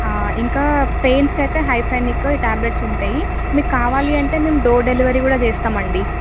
ఇంకా పెయిన్స్ అయితే హయ్ ఫెనిక్ ట్యాబ్లెట్స్ ఉంటాయి మీకు కావాలంటే మేము డోర్ డెలివరీ కూడా చేస్తామండి